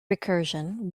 recursion